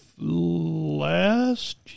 last